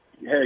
Hey